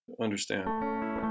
understand